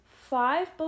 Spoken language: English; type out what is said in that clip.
five